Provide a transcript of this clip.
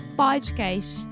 podcast